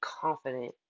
confident